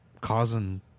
causing